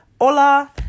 Hola